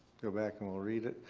go back and we'll read it.